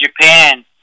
Japan